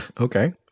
Okay